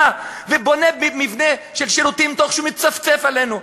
ובונה מבנה של שירותים תוך שהוא מצפצף עלינו,